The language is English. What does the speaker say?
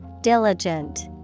Diligent